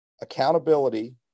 accountability